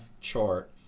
chart